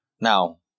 Now